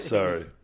Sorry